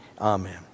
amen